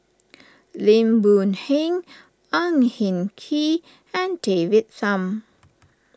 Lim Boon Heng Ang Hin Kee and David Tham